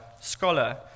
scholar